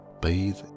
bathe